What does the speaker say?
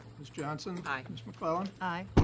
ms. johnson. aye. ms. mcclellan. aye.